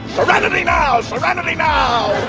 serenity now! serenity now!